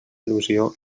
il·lusió